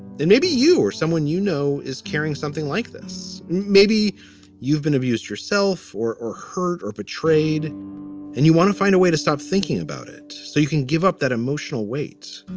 then maybe you or someone you know is carrying something like this. maybe you've been abused yourself or or hurt or betrayed and you want to find a way to stop thinking about it so you can give up that emotional weight.